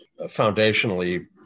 foundationally